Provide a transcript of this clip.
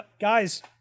Guys